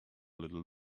little